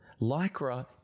Lycra